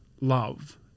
love